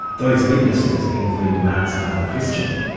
those witnesses include mark's father, christian,